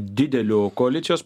dideliu koalicijos